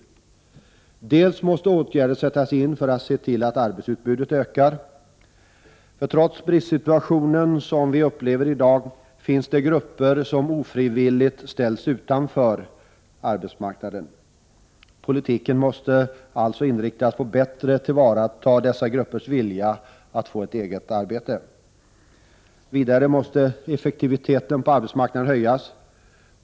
Åtgärder måste sättas in för att öka arbetsutbudet. Trots den bristsituation som vi upplever i dag finns det grupper som ofrivilligt ställs utanför arbetsmarknaden. Politiken måste alltså inriktas på bättre tillvaratagande av dessa gruppers vilja att få ett eget arbete. Vidare måste effektiviteten på arbetsmarknaden höjas.